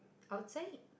outside